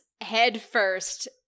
headfirst